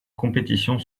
compétition